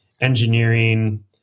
engineering